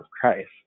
Christ